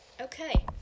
Okay